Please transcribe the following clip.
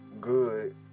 good